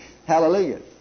Hallelujah